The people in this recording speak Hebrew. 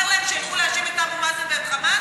להם שילכו להאשים את אבו מאזן ואת חמאס?